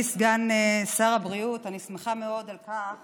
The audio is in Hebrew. אדוני סגן שר הבריאות, אני שמחה מאוד על כך